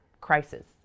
crisis